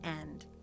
end